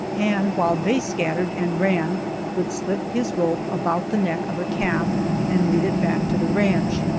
and while they scattered and ran would slip his rope about the neck of a calf and lead it back to the ranch.